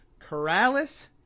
Corrales